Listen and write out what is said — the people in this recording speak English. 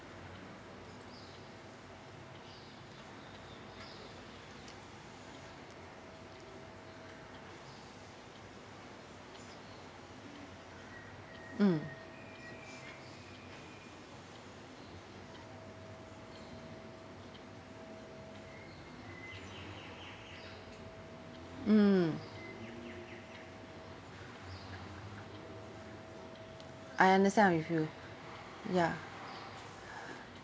mm mm I understand of if you ya